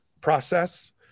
process